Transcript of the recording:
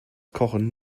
kochen